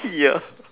ya